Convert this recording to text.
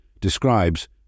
describes